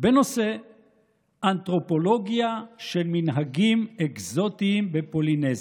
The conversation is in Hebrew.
בנושא אנתרופולוגיה של מנהגים אקזוטיים בפולינזיה.